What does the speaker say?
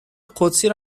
قدسی